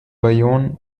bayonne